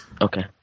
Okay